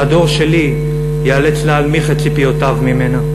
והדור שלי ייאלץ להנמיך את ציפיותיו ממנה.